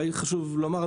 חשוב לומר,